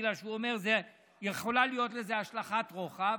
בגלל שהוא אומר שיכולה להיות לזה השלכת רוחב,